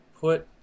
put